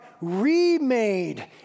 remade